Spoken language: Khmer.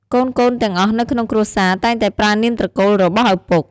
កូនៗទាំងអស់នៅក្នុងគ្រួសារតែងតែប្រើនាមត្រកូលរបស់ឪពុក ។